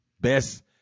best